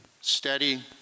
Steady